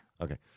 okay